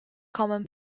common